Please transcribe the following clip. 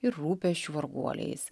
ir rūpesčiu varguoliais